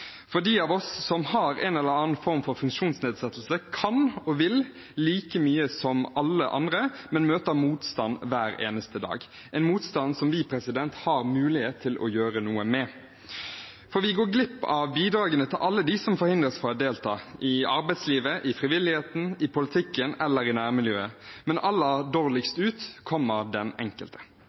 for at de nå har fått en tydelig ambassadør i statsråden. De av oss som har en eller annen form for funksjonsnedsettelse, kan og vil like mye som alle andre, men møter motstand hver eneste dag – en motstand som vi har mulighet til å gjøre noe med. For vi går glipp av bidragene til alle dem som forhindres fra å delta i arbeidslivet, i frivilligheten, i politikken eller i nærmiljøet. Men aller dårligst ut kommer den enkelte.